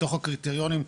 לתוך הקריטריונים,